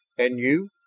and you?